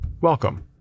Welcome